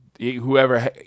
whoever